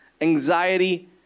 Anxiety